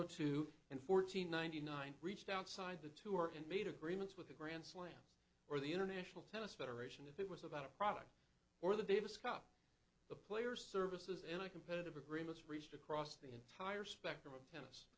zero two and fourteen ninety nine reached outside the tour and made agreements with the grand slams or the international tennis federation if it was about a product or the davis cup the players services in a competitive agreements reached across the entire spectrum